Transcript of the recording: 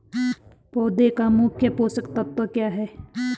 पौधें का मुख्य पोषक तत्व क्या है?